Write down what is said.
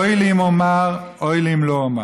אוי לי אם אומר, אוי לי אם לא אומר.